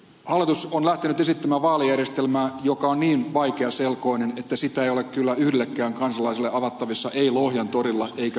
hallitus on lähtenyt esittämään vaalijärjestelmää joka on niin vaikeaselkoinen että se ei ole kyllä yhdellekään kansalaiselle avattavissa ei lohjan torilla eikä muuallakaan